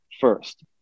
first